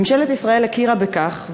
ממשלת ישראל הכירה בכך,